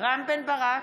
רם בן ברק,